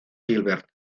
gilbert